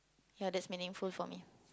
ya that's meaningful for me